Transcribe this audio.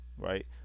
Right